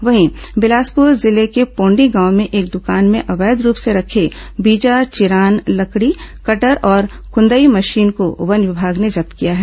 वहीं बिलासपुर जिले के पोन्डी गांव में एक दुकान में अवैध रूप से रखे बीजा चिरान लकड़ी कटर और कुंदाई मशीन को वन विभाग ने जब्त किया है